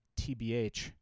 TBH